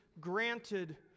granted